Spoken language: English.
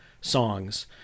songs